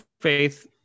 faith